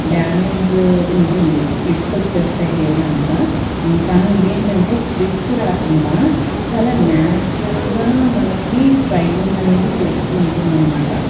damage ఉంటుంది splits వచ్చేస్తాయి హెయిరంతా కానీ ఇదేంటంటే స్ల్పిట్స్ రాకుండా చాలా న్యాచురల్గా మనకి స్ట్రయిటెనింగ్ అనేది చేస్తు ఉంటుందన్నమాట